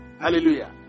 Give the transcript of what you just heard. Hallelujah